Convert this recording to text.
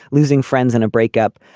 losing friends in a breakup.